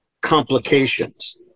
complications